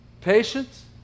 patience